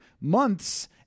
months